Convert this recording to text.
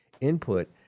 input